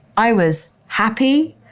i was happy,